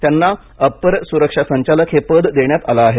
त्यांना अपर सुरक्षा संचालक हे पद देण्यात आलं आहे